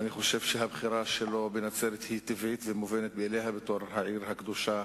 חוץ מזה שיש לי ספקות לגבי כושר שיפוטו.